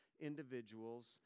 individuals